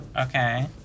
Okay